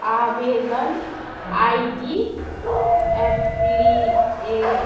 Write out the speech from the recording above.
आवेदन I D A P L